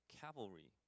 cavalry